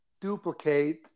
duplicate